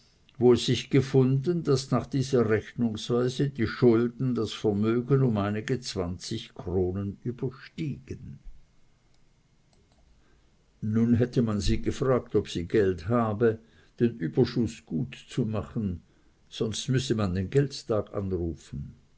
wo es sich gefunden daß nach dieser rechnungsweise die schulden das vermögen um einige zwanzig kronen überstiegen nun hätte man sie gefragt ob sie geld habe den überschuß gut zu machen sonst müsse man den geldstag anrufen